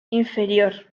inferior